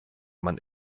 man